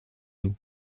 nous